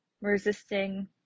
resisting